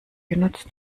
genutzt